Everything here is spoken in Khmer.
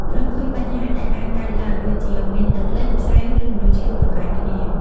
រកឃើញបញ្ហាដែលអាចកើតឡើង ដូចជាមានទឹកលិច ផ្សែង ឬមនុស្សឈ្លោះប្រកែកគ្នា។